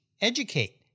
educate